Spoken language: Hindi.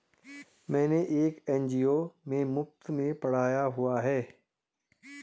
मैंने एक एन.जी.ओ में मुफ़्त में पढ़ाया हुआ है